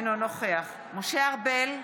אינו נוכח משה ארבל,